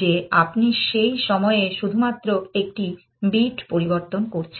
যে আপনি সেই সময়ে শুধুমাত্র একটি বিট পরিবর্তন করছেন